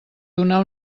donar